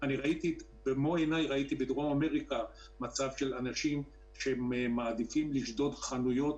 במו עיניי ראיתי בדרום אמריקה אנשים שמעדיפים לשדוד חנויות